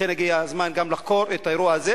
לכן הגיע הזמן גם לחקור את האירוע הזה